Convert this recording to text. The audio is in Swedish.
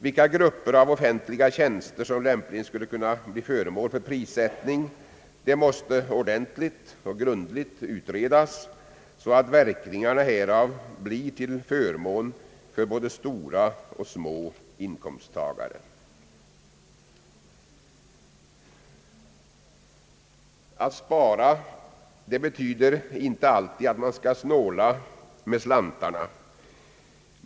Vilka grupper av offentliga tjänster som lämpligen skulle kunna bli föremål för prissättning måste ordentligt utredas, så att verkningarna härav blir till förmån för både stora och små inkomsttagare. Att spara betyder inte alltid att man skall snåla med slantarna.